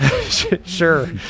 Sure